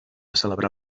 celebrar